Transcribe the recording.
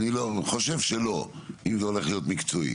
אני חושב שלא, אם זה הולך להיות מקצועי.